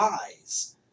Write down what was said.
eyes